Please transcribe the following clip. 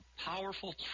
powerful